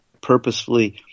purposefully